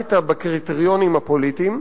עמדת בקריטריונים הפוליטיים,